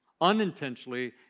Unintentionally